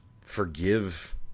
forgive